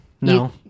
No